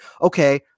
okay